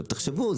עכשיו תחשבו,